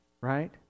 right